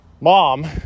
mom